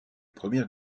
premières